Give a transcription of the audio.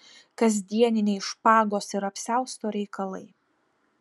kasdieniniai špagos ir apsiausto reikalai